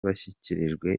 bashyikirijwe